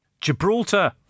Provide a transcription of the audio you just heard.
Gibraltar